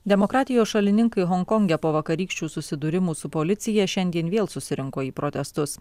demokratijos šalininkai honkonge po vakarykščių susidūrimų su policija šiandien vėl susirinko į protestus